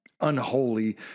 Unholy